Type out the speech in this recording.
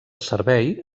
servei